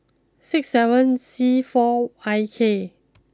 six seven C four I K